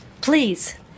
Please